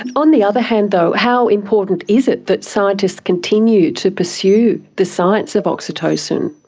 and on the other hand though, how important is it that scientists continue to pursue the science of oxytocin?